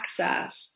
access